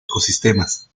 ecosistemas